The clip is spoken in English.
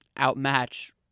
outmatch